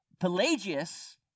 Pelagius